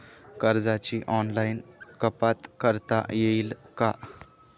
कर्जाची ऑनलाईन कपात करता येईल का?